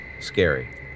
scary